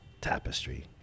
tapestry